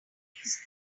series